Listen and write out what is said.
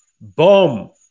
boom